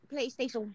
PlayStation